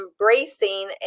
embracing